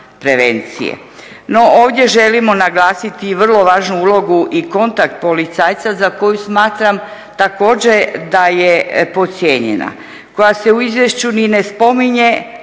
No ovdje želimo naglasiti i vrlo važnu ulogu i kontakt policajca za koju smatram da je također podcijenjena, koja se u izvješću ni ne spominje,